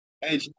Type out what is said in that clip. Hey